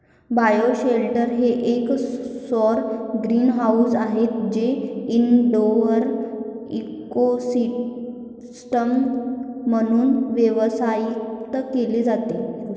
bioshelter हे एक सौर ग्रीनहाऊस आहे जे इनडोअर इकोसिस्टम म्हणून व्यवस्थापित केले जाते